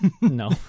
no